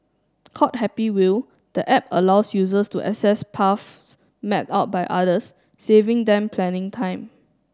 called Happy Wheel the app allows users to access paths map out by others saving them planning time